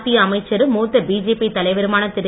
மத்திய அமைச்சரும் மூத்த பிஜேபி தலைவருமான திரு